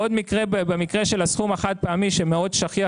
עוד מקרה במקרה של הסכום החד פעמי שמאוד שכיח,